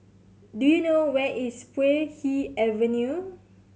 do you know where is Puay Hee Avenue